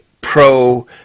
pro